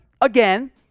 again